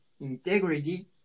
integrity